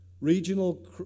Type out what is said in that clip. Regional